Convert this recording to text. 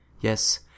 Yes